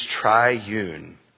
triune